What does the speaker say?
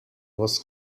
was